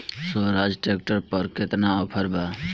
सोहराज tractor पर केतना offer बा?